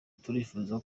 turifuza